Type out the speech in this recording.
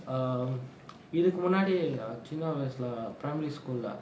um இதுக்கு முன்னாடி சின்ன வயசுல:ithukku munnadi chinaa vayasula primary school lah